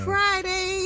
Friday